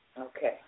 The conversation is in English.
Okay